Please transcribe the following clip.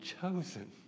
chosen